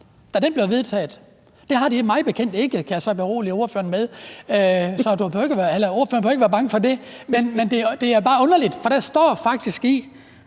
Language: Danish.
da den blev vedtaget? Det har de mig bekendt ikke, kan jeg så berolige ordføreren med. Så ordføreren behøver ikke at være bange for det. Men det er bare underligt, for der står faktisk,